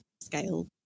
scale